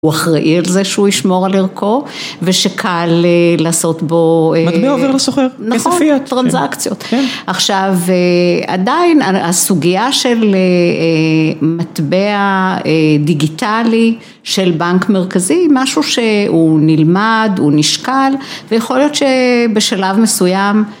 הוא אחראי על זה שהוא ישמור על ערכו ושקל לעשות בו... מטבע עובר לסוחר. נכון, טרנסקציות. עכשיו עדיין הסוגיה של מטבע דיגיטלי של בנק מרכזי, משהו שהוא נלמד, הוא נשקל ויכול להיות שבשלב מסוים.